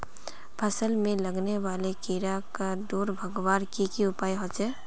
फसल में लगने वाले कीड़ा क दूर भगवार की की उपाय होचे?